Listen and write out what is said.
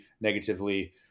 negatively